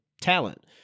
talent